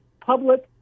public